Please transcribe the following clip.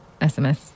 sms